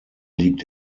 liegt